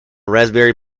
raspberry